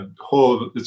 whole